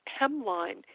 hemline